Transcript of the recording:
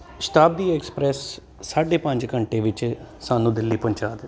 ਸ਼ਤਾਬਦੀ express ਸਾਢੇ ਪੰਜ ਘੰਟੇ ਵਿੱਚ ਸਾਨੂੰ ਦਿੱਲੀ ਪਹੁੰਚਾ ਦਿੰਦੀ